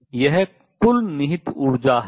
इसलिए यह कुल निहित ऊर्जा है